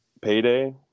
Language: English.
payday